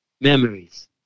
memories